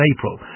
April